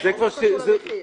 זה לא קשור למחיר,